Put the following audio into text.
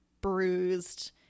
bruised